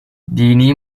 dini